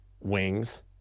Wings